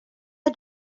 had